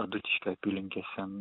adutiškio apylinkėse